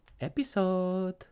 episode